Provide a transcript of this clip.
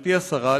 גברתי השרה,